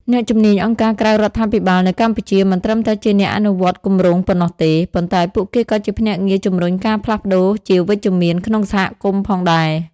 អ្នកជំនាញអង្គការក្រៅរដ្ឋាភិបាលនៅកម្ពុជា មិនត្រឹមតែជាអ្នកអនុវត្តគម្រោងប៉ុណ្ណោះទេ ប៉ុន្តែពួកគេក៏ជាភ្នាក់ងារជំរុញការផ្លាស់ប្តូរជាវិជ្ជមានក្នុងសហគមន៍ផងដែរ។